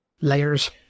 Layers